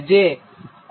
જે 68